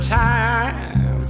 time